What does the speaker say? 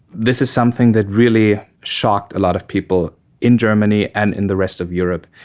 this is something that really shocked a lot of people in germany and in the rest of europe.